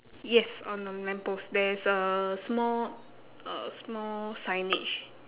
yes on the lamppost there is a small uh small signage